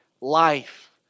life